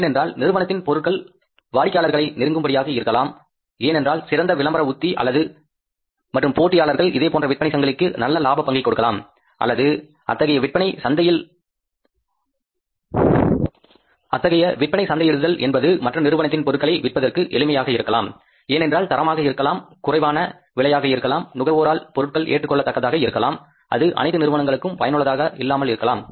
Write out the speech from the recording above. ஏனென்றால் நிறுவனத்தின் பொருட்கள் வாடிக்கையாளர்களை நெருங்கும் படியாக இருக்கலாம் ஏனென்றால் சிறந்த விளம்பர உத்தி அல்லது மற்றும் போட்டியாளர்கள் இதேபோன்ற விற்பனை சங்கிலிக்கு நல்ல லாப பங்கை கொடுக்கலாம் அல்லது அத்தகைய விற்பனைச் சந்தையில் என்பது மற்ற நிறுவனத்தின் பொருட்களை விற்பதற்கு எளிமையாக இருக்கலாம் ஏனென்றால் தரமாக இருக்கலாம் குறைவான விலையாக இருக்கலாம் நுகர்வோர் ஆல் பொருட்கள் ஏற்றுக்கொள்ளத் தக்கதாக இருக்கலாம் இது அனைத்து நிறுவனங்களுக்கும் பயனுள்ளதாக இல்லாமல் இருக்கலாம்